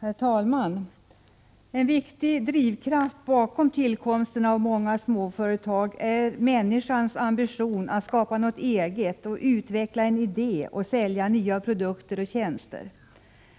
Herr talman! En viktig drivkraft bakom tillkomsten av många småföretag är människans ambition att skapa något eget, att utveckla en idé och att sälja nya produkter och tjänster.